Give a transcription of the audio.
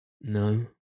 No